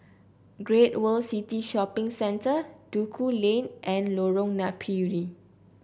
Great World City Shopping Centre Duku Lane and Lorong Napiri